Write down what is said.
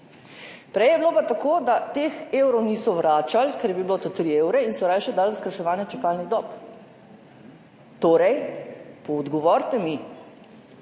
Prej je bilo pa tako, da teh evrov niso vračali, ker bi bilo to tri evre, in so rajši dali v skrajševanje čakalnih dob. Torej, odgovorite mi,